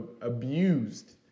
abused